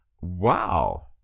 Wow